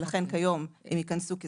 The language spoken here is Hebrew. לכן, כיום הם ייכנסו לזכאים.